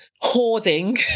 hoarding